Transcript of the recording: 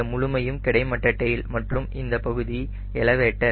இந்த முழுமையும் கிடைமட்ட டெயில் மற்றும் இந்தப் பகுதி எலவேட்டர்